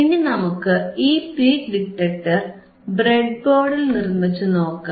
ഇനി നമുക്ക് ഈ പീക്ക് ഡിറ്റക്ടർ ബ്രെഡ്ബോർഡിൽ നിർമിച്ചുനോക്കാം